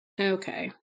Okay